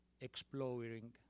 exploring